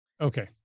Okay